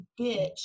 bitch